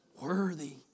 Worthy